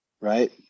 right